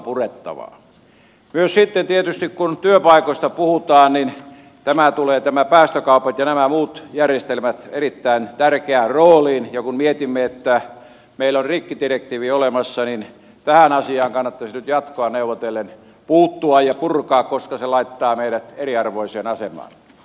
myös sitten tietysti kun työpaikoista puhutaan nämä päästökaupat ja muut järjestelmät tulevat erittäin tärkeään rooliin ja kun mietimme että meillä on rikkidirektiivi olemassa niin tähän asiaan kannattaisi nyt jatkoa neuvotellen puuttua ja se purkaa koska se laittaa meidät eriarvoiseen asemaan